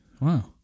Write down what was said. Wow